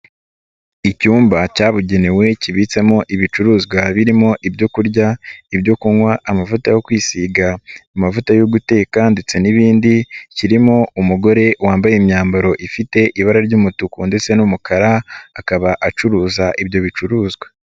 Icyumba cyabugenewe kibitsemo ibicuruzwa birimo: ibyo kurya, ibyo kunywa, amavuta yo kwisiga, amavuta yo guteka ndetse n'ibindi, kirimo umugore wambaye imyambaro ifite ibara ry'umutuku ndetse n'umukara akaba acuruza ibyo bicuruzwa.